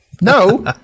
No